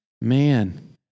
man